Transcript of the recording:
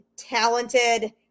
talented